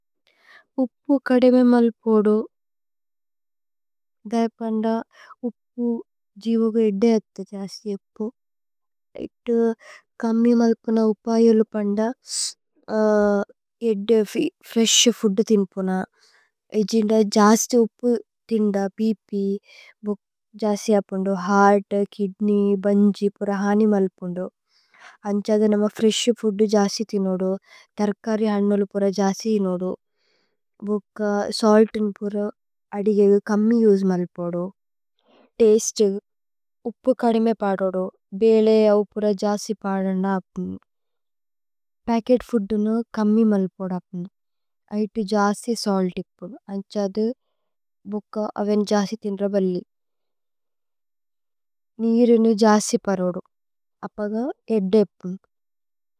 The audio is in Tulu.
ഉപ്പു കദേമേ മല്പോദു। ഉപ്പു ജീവോഗു ഏദ്ദേ അത്ത। ജസ്ഥി ഉപ്പു കമ്മി മല്പുന ഉപയലു പന്ദ ഏദ്ദേ। ഫ്രേശ് ഫൂദ് തിന്പുന ഏജിന്ദ ജസ്ഥി ഉപ്പു തിന്ദ। ഭ്പ് ജസ്ഥി അപ്പുന്ദു ഹേഅര്ത് കിദ്നേയ്। ബുന്ഗീ പുര ഹനി മല്പുന്ദു അന്ഛാദ നമ ഫ്രേശ്। ഫൂദ് ജസ്ഥി തിനോദു തര്കരി ഹന്നു പുര ജസ്ഥി। ഇനോദു ഭുക്ക സല്തു പുര അദിഗേ। കമി ഉസേ മല്പോദു തസ്തേ ഉപ്പു കദേമേ। പദോദു ഭേലേ അവു പുര ജസ്ഥി പദന്ദ അപ്പുന്ദു। പച്കേത് ഫൂദുന കമ്മി മല്പോദു അപ്പുന്ദു ഐതു। ജസ്ഥി സല്ത് ഇപ്പുദു അന്ഛാദ ബുക്ക അവേനു। ജസ്ഥി തിന്ര പല്ലി നീരുനു। ജസ്ഥി പരോദു അപ്പഗ ഏദ്ദേ ഇപ്പുന്ദു।